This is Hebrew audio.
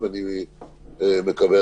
ואני מקווה,